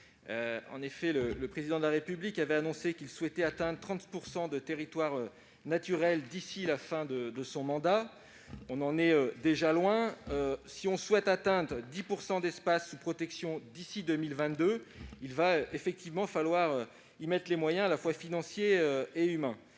En effet, le Président de la République a déclaré qu'il souhaitait atteindre 30 % de territoires naturels d'ici à la fin de son mandat. On en est encore loin ! Si l'on souhaite atteindre 10 % d'espaces sous protection d'ici à 2022, il va falloir y mettre d'autres moyens, à la fois financiers et humains.